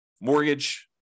mortgage